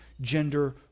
gender